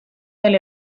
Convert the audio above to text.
del